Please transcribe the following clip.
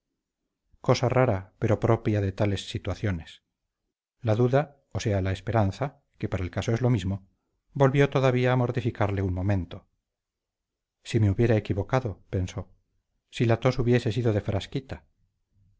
cosa rara pero propia de tales situaciones la duda o sea la esperanza que para el caso es lo mismo volvió todavía a mortificarle un momento si me hubiera equivocado pensó si la tos hubiese sido de frasquita